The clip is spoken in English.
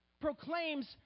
proclaims